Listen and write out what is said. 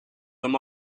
them